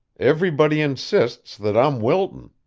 everybody insists that i'm wilton.